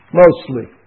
mostly